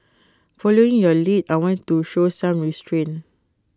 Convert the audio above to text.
following your lead I want to show some restrain